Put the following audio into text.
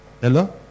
Hello